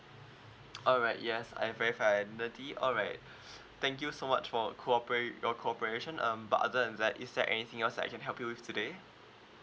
alright yes I've verified identity alright thank you so much for cooperate your cooperation um but other than that is there anything else that I can help you with today